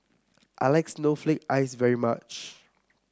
I like Snowflake Ice very much